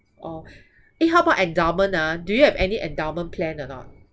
orh eh how about endowment ah do you have any endowment plan or not